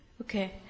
Okay